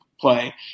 play